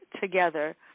together